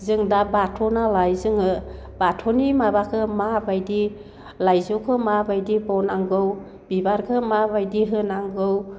जों दा बाथौ नालाय जोङो बाथौनि माबाखौ माबायदि लाइजौखौ माबायदि बनांगौ बिबारखौ माबायदि होनांगौ